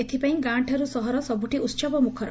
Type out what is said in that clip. ଏଥିପାଇଁ ଗାଁଠାରୁ ସହର ସବୁଠି ଉସବ ମୁଖର